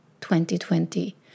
2020